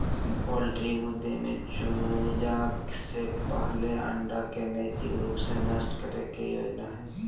poultry मुद्दे में चूजा से पहले अंडा के नैतिक रूप से नष्ट करे के योजना हइ